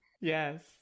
Yes